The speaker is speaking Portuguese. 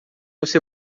você